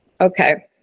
Okay